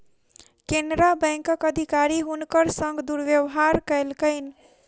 केनरा बैंकक अधिकारी हुनकर संग दुर्व्यवहार कयलकैन